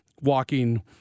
walking